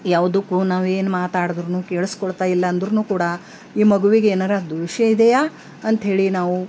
ಯಾವ್ದುಕ್ಕೂ ನಾವು ಏನು ಮಾತಾಡಿದ್ರೂನು ಕೇಳ್ಸ್ಕೊಳ್ತಾಯಿಲ್ಲ ಅಂದ್ರೂ ಕೂಡ ಈ ಮಗುವಿಗೇನಾದರೂ ದೋಷ ಇದಿಯಾ ಅಂಥೇಳಿ ನಾವು